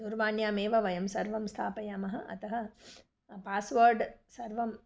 दूरवाण्यामेव वयं सर्वं स्थापयामः अतः पास्वर्ड् सर्वं